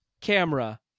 Camera